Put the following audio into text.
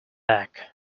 egg